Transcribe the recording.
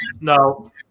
no